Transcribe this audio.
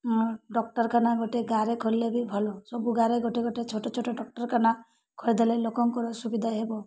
ଡାକ୍ତରଖାନା ଗୋଟେ ଗାଁରେ ଖୋଲଲେ ବି ଭଲ ସବୁ ଗାଁରେ ଗୋଟେ ଗୋଟେ ଛୋଟ ଛୋଟ ଡାକ୍ତରଖାନା ଖୋଲିଦେଲେ ଲୋକଙ୍କର ସୁବିଧା ହେବ